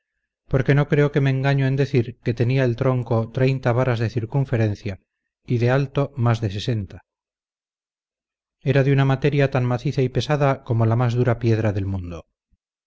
porque no creo que me engaño en decir que tenía el tronco treinta varas de circunferencia y de alto más de sesenta era de una materia tan maciza y pesada como la más dura piedra del mundo